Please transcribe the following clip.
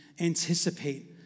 anticipate